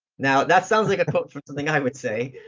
now, that sounds like a quote from something i would say.